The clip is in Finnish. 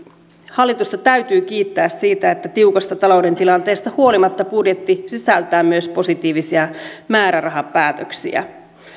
hallitusta täytyy kiittää siitä että tiukasta talouden tilanteesta huolimatta budjetti sisältää myös positiivisia määrärahapäätöksiä